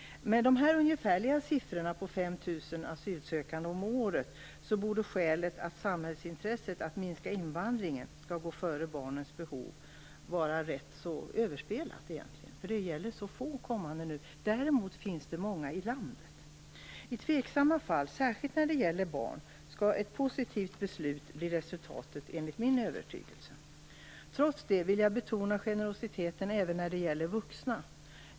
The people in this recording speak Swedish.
Med de ungefärliga siffrorna på 5 000 asylsökande om året borde skälet, att samhällsintresset att minska invandringen skall gå före barnens behov, egentligen vara rätt överspelat. Det är så få som kommer nu. Däremot finns det många i landet. I tveksamma fall, särskilt när det gäller barn, skall enligt min övertygelse ett positivt beslut bli resultatet. Trots det vill jag betona generositeten även när det gäller vuxna.